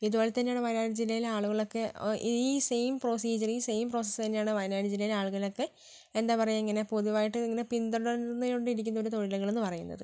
ഇതുപോലെ തന്നെയാണ് വയനാട് ജില്ലയിലെ ആളുകളൊക്കെ ഈ സെയിം പ്രോസിജിയറ് ഈ സെയിം പ്രോസസ്സ് തന്നെയാണ് വയനാട് ജില്ലയിലെ ആളുകളൊക്കെ എന്താ പറയാ ഇങ്ങനെ പൊതുവായിട്ട് ഇങ്ങനെ പിന്തുടർന്ന് കൊണ്ടിരിക്കുന്ന ഒരു തൊഴിലുകളെന്ന് പറയുന്നത്